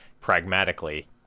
pragmatically